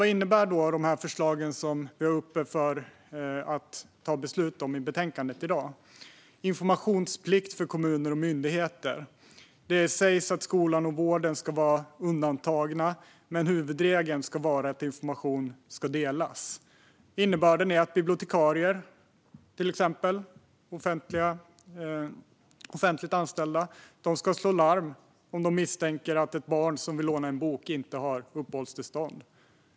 Vad innebär då de förslag i betänkandet som vi ska ta beslut om i dag? Informationsplikt för kommuner och myndigheter. Det sägs att skolan och vården ska vara undantagna, men huvudregeln ska vara att information ska delas. Innebörden är att till exempel bibliotekarier, offentligt anställda, ska slå larm om de misstänker att ett barn som vill låna en bok inte har uppehållstillstånd.